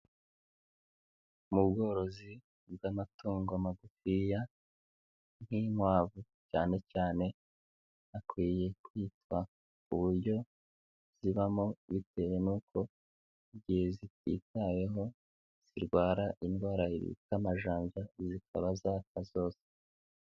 Mu bworozi bw'amatungo magufiya nk'inkwavu cyane cyane hakwiye kwitwa ku buryo zibamo bitewe n'uko igihe zititaweho zirwara indwara bita amajanja zikaba zapfa zose.